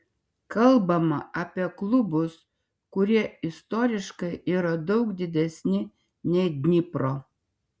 kalbame apie klubus kurie istoriškai yra daug didesni nei dnipro